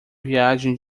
viagem